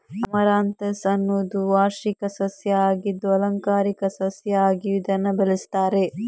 amaranthus ಅನ್ನುದು ವಾರ್ಷಿಕ ಸಸ್ಯ ಆಗಿದ್ದು ಆಲಂಕಾರಿಕ ಸಸ್ಯ ಆಗಿಯೂ ಇದನ್ನ ಬೆಳೆಸ್ತಾರೆ